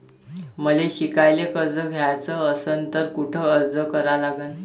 मले शिकायले कर्ज घ्याच असन तर कुठ अर्ज करा लागन?